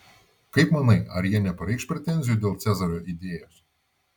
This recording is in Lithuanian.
kaip manai ar jie nepareikš pretenzijų dėl cezario idėjos